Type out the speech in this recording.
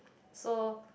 so